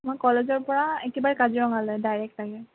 আমাৰ কলেজৰ পৰা একেবাৰে কাজিৰঙালৈ ডাৰেক্ট গাড়ী